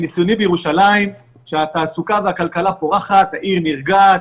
מניסיוני בירושלים כשהתעסוקה והכלכלה פורחים העיר נרגעת,